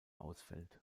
ausfällt